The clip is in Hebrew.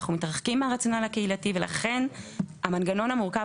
אנחנו מתרחקים מהרציונל הקהילתי ולכן המנגנון המורכב